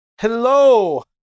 Hello